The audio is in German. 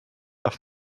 auf